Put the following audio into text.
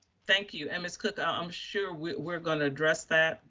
thank you, and ms. cook, i'm sure we're we're gonna address that.